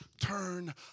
turn